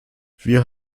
wir